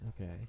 Okay